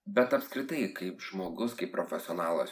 bet apskritai kaip žmogus kaip profesionalas